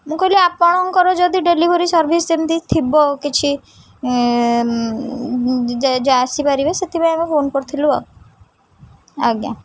ମୁଁ କହିଲି ଆପଣଙ୍କର ଯଦି ଡେଲିଭରି ସର୍ଭିସ୍ ଏମିତି ଥିବ କିଛି ଆସିପାରିବେ ସେଥିପାଇଁ ଆମେ ଫୋନ୍ କରିଥିଲୁ ଆଉ ଆଜ୍ଞା